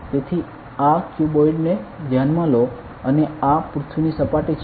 તેથી આ ક્યુબોઇડ ને ધ્યાનમાં લો અને આ પૃથ્વીની સપાટી છે